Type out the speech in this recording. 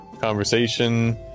conversation